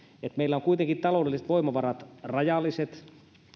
meillä on kuitenkin rajalliset taloudelliset voimavarat